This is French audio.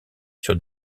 sur